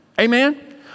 Amen